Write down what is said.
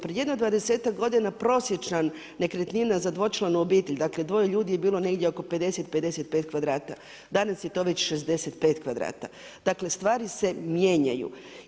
Prije jedno dvadesetak godina prosječna nekretnina za dvočlanu obitelj, dakle dvoje ljudi je bilo negdje 50, 55 kvadrata, danas je to već 65 kvadrata, dakle stvari se mijenjaju.